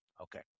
Okay